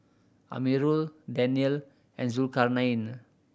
Amirul Daniel and Zulkarnain